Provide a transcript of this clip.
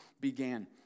began